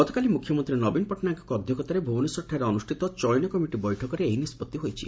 ଗତକାଲି ମୁଖ୍ୟମନ୍ତୀ ନବୀନ ପଟ୍ଟନାୟକଙ୍କ ଅଧ୍ଧକ୍ଷତାରେ ଭୁବନେଶ୍ୱରଠାରେ ଅନୁଷ୍ଷିତ ଚୟନ କମିଟି ବେଠକରେ ଏହି ନିଷ୍ବଉ ହୋଇଛି